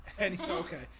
Okay